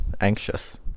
anxious